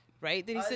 Right